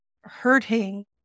hurting